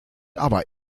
aber